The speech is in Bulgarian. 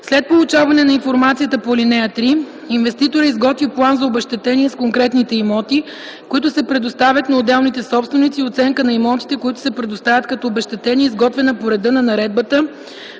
След получаване на информацията по ал. 3 инвеститорът изготвя план за обезщетение с конкретните имоти, които се предоставят на отделните собственици и оценка на имотите, които се предоставят като обезщетение, изготвена по реда на наредбата